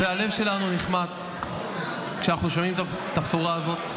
הלב שלנו נחמץ כשאנחנו שומעים את הבשורה הזאת.